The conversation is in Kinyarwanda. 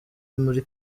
muri